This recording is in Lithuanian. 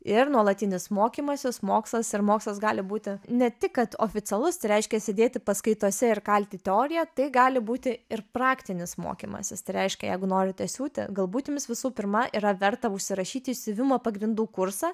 ir nuolatinis mokymasis mokslas ir mokslas gali būti ne tik kad oficialus tai reiškia sėdėti paskaitose ir kalti teoriją tai gali būti ir praktinis mokymasis tai reiškia jeigu norite siūti galbūt jums visų pirma yra verta užsirašyti siuvimo pagrindų kursą